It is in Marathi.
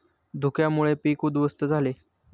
धुक्यामुळे पीक उध्वस्त झाले